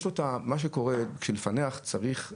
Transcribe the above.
מה שקורה, בשביל לפענח צריך --- טוב,